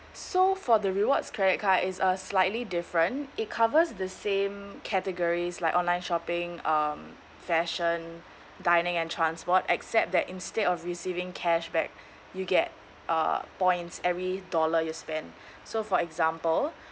so for the rewards credit card is a slightly different it covers the same categories like online shopping um fashion dining and transport except that instead of receiving cashback you get uh points every dollar you spend so for example